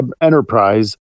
Enterprise